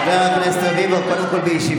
חבר הכנסת אלעזר שטרן, בבקשה.